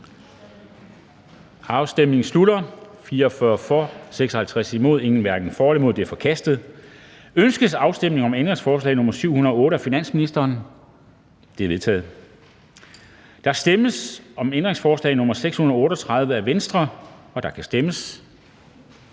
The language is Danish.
hverken for eller imod stemte 0. Ændringsforslaget er forkastet. Ønskes afstemning om ændringsforslag nr. 206 af finansministeren? Det er vedtaget. Der stemmes om ændringsforslag nr. 686 af DF, og der kan stemmes.